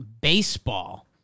baseball